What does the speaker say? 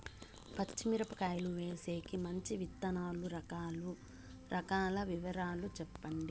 పచ్చి మిరపకాయలు వేసేకి మంచి విత్తనాలు రకాల వివరాలు చెప్పండి?